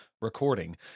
recording